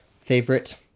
favorite